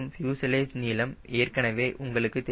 மேலும் ஃப்யூசலேஜ் நீளம் ஏற்கனவே உங்களுக்கு தெரியும்